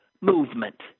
movement